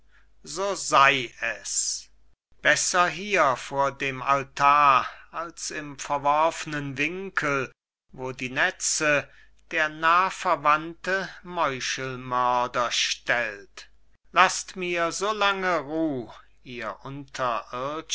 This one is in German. so sei es besser hier vor dem altar als im verworfnen winkel wo die netze der nahverwandte meuchelmörder stellt laßt mir so lange ruh ihr